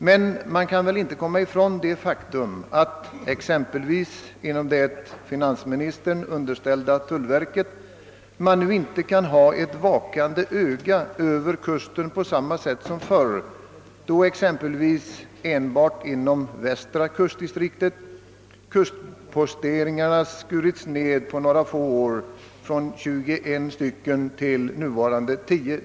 Men det går inte att komma ifrån faktum -: att man, exempelvis inom det finansministern underställda tullverket, nu inte kan hålla ett vakande öga över kusten på samma sätt som förr. Enbart inom västra kustdistriktet "har nämligen, för att ta ett exempel, antalet kustposteringar på några få år skurits ned från 21 till 10.